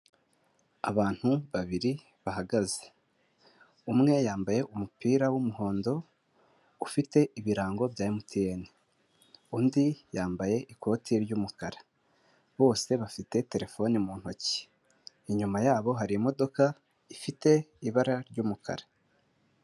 Abantu babiri bahagaze, umwe yambaye umupira w'umuhondo ufite ibirango bya emutiyene, undi yambaye ikoti ry'umukara bose bafite telefone mu ntoki, inyuma yabo hari imodoka ifite ibara ry'umukara.